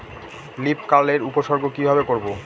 Leaf curl এর উপসর্গ কিভাবে করব?